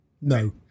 No